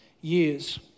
years